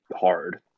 hard